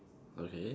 okay